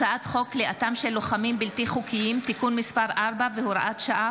הצעת חוק כליאתם של לוחמים בלתי חוקיים (תיקון מס' 4 והוראת שעה,